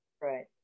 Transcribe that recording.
right